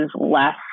less